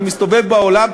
אני מסתובב בעולם,